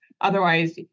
otherwise